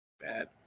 bad